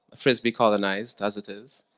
frisbee colonized as it is.